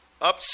up